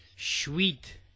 Sweet